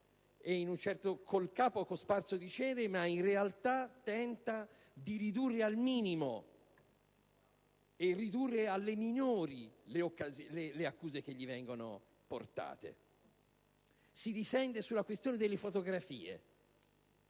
il capo cosparso di cenere, ma in realtà tenta di ridurre al minimo e alle minori le accuse che gli vengono mosse. Si difende sulla questione delle fotografie,